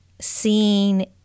seeing